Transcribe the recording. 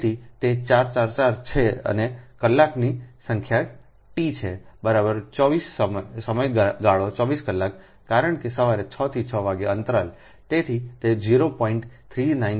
તેથી તે 4 4 4 છે અને કલાકોની સંખ્યા T છે બરાબર 24 સમય સમયગાળો 24 કલાક કારણ કે સવારે 6 થી 6 વાગ્યે અંતરાલ